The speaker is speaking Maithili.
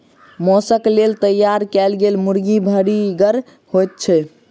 मौसक लेल तैयार कयल गेल मुर्गी भरिगर होइत छै